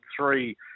three